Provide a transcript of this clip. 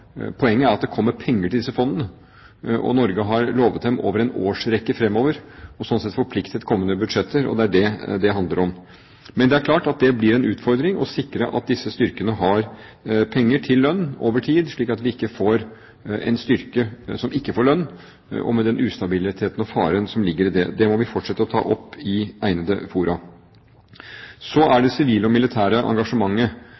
Poenget er at det kommer penger til disse fondene. Norge har lovet det over en årrekke fremover og slik sett forpliktet kommende budsjetter, og det er det det handler om. Men det er klart at det blir en utfordring å sikre at disse styrkene har penger til lønn over tid, slik at vi ikke får en styrke som ikke får lønn, med den ustabiliteten og faren som ligger i det. Det må vi fortsette å ta opp i egnede